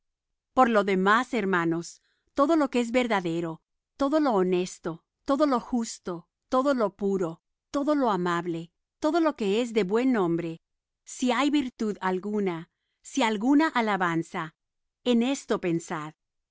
por lo demás hermanos todo lo que es verdadero todo lo honesto todo lo justo todo lo puro todo lo amable todo lo que es de buen nombre si hay virtud alguna si alguna alabanza en esto pensad